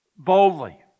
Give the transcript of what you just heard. Boldly